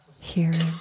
hearing